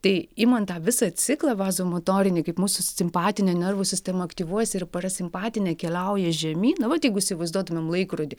tai imant tą visą ciklą vazomotorinį kaip mūsų simpatinė nervų sistema aktyvuojasi ir parasimpatinė keliauja žemyn vat jeigu įsivaizduotumėm laikrodį